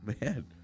Man